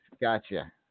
Gotcha